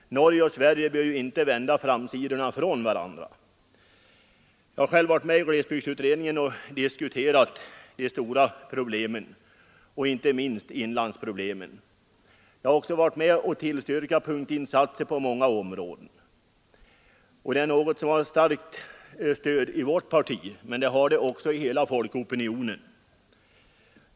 Norge och Sverige bör ju inte vända framsidorna från varandra. Jag har själv varit med i glesbygdsutredningen och diskuterat de stora problemen, inte minst inlandsproblemen. Jag har också varit med om att tillskapa punktinsatser på många områden. Det är något som har starkt stöd i vårt parti och i hela folkopinionen.